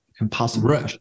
impossible